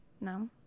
No